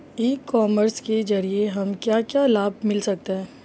ई commerce के ज़रिए हमें क्या क्या लाभ मिल सकता है?